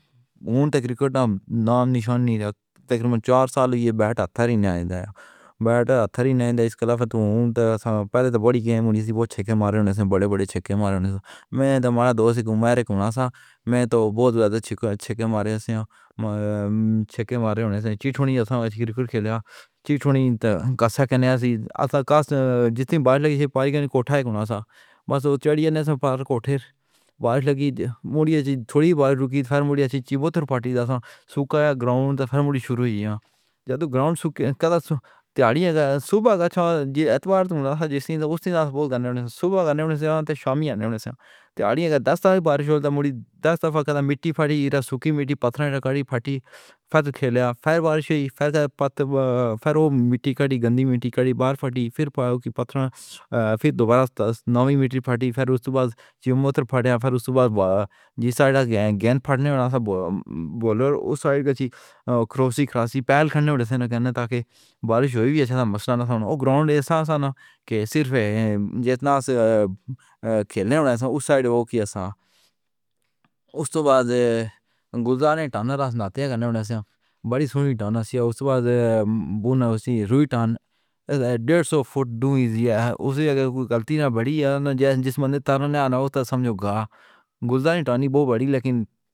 ہوں۔ تقریر کا نام نشان نہیں رہتا کرن چار سال یہ بیٹا تھا ہی نہیں آئندا، بیٹا تھا ہی نہیں آئندا اس کا۔ الفاظ پہلے تو بڑی گیم ہونی چاہیے، بہت چھکے مارے ہونے سے، بڑے بڑے چھکے مارے ہونے سے۔ میں تو مالا دو تھے کو، میری کو نا تھا۔ میں تو بہت زیادہ چھکے مارے جیسے، چھکے مارے ہونے سے جی۔ تھوڑی آسان کرکٹ کھیلا جی، تھوڑی تو کچھ کہتے تھے۔ جس نے بارش لگی تھی، پانی کا کوٹہ کناں تھا، بس چڑھ گئے تھے پار کوٹے۔ بارش لگی مودی، تھوڑی بارش رکی، پھر مڈیے جی۔ بوتلو پھاٹے جا سنا سکایا گراؤنڈ، پھر مڈ شروع ہوئی۔ جب گراؤنڈ کتا تھا صبح اتوار تھا، جس نے اس دن بول کر صبح آنے سے شامیانے تھے۔ آڑیں دس دفعہ بارش ہوتی، مڈی دس دفعہ مٹی پھاڈی۔ سوکھی مٹی پتھر پھینٹی، پھر کھیلیا۔ پھر بارش ہوئی، پھر پتہ، پھر وہ مٹی کی گندی مٹی کڑی بار پھٹی۔ پھر وہ پتھر، پھر دوبارہ نوی مٹی پھٹی۔ پھر اس کے بعد جیسے موتر پھرتیا، پھر اس کے بعد بھی سائیڈ گیند پھٹنے والا تھا۔ بولر اس سائیڈ کی کروسی خراشی پہل کھیلنے والے تھے، تاکہ بارش ہوئی بھی اچھا مسلا نہ سامنا۔ گراونڈ ایسا سان نہ کہ صرف یتنا سا کھیلنے والا تھا اس سائیڈ۔ وہ کیاساں اس تو بعد؟ گلزار ٹانر ناتھیہ کرنے والے بڑی سنی ہونی ہوسی۔ اس بعد بو نہ روٹا ڈیڑھ سو فٹ ڈوبز ہیں، اسی جگہ کوئی غلطی نہ بڑھی۔ جس منہ تارنے آنا، وہ سمجھو گا گلزار نی ٹانی بہت بڑی لیکن